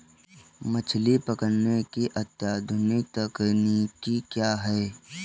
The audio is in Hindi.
मछली पकड़ने की अत्याधुनिक तकनीकी क्या है?